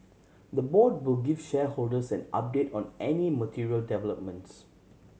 the board will give shareholders an update on any material developments